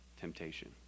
temptation